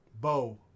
Bo